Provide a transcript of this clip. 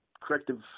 corrective